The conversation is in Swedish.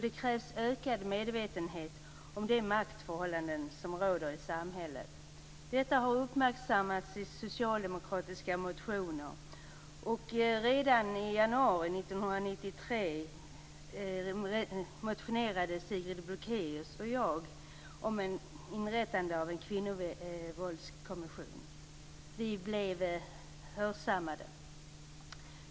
Det krävs ökad medvetenhet om de maktförhållanden som råder i samhället. Detta har uppmärksammats i socialdemokratiska motioner. Redan i januari 1993 väckte Sigrid Bolkéus och jag en motion om inrättandet av en kvinnovåldskommission. Vi blev hörsammade.